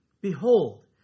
Behold